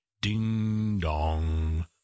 Ding-dong